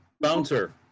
bouncer